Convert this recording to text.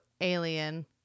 alien